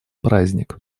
праздник